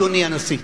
אדוני הנשיא.